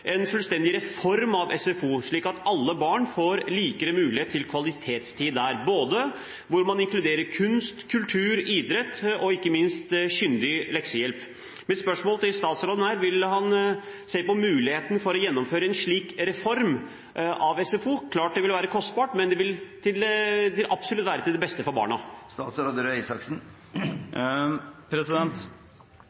en fullstendig reform av SFO, slik at alle barn får likere mulighet til kvalitetstid der, hvor man inkluderer kunst, kultur, idrett og ikke minst kyndig leksehjelp. Mitt spørsmål til statsråden er: Vil han se på muligheten for å gjennomføre en slik reform av SFO? Det er klart det vil være kostbart, men det vil absolutt være til det beste for barna.